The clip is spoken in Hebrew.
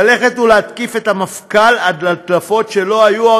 להתקיף את המפכ"ל על הדלפות שלא היו?